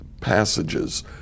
passages